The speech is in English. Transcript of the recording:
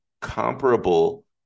comparable